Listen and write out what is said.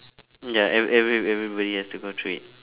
ya ev~ ev~ everybody has to go thread